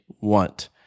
want